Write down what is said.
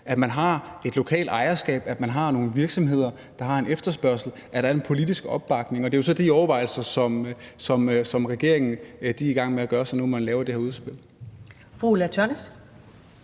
har et lokalt ejerskab, at man har nogle virksomheder, der har en efterspørgsel, at der er en politisk opbakning. Og det er jo så de overvejelser, som regeringen er i gang med at gøre sig nu, hvor man laver det her udspil.